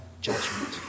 judgment